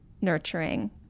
nurturing